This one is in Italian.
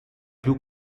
più